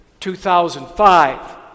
2005